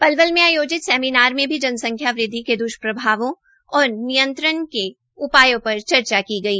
पलवल में आयोजित सेमीनार मे भी जनसंख्या वृद्वि के द्वष्प्रभावों और नियंत्रण के उपायों पर चर्चा की गई